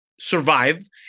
survive